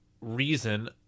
reason